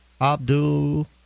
Abdul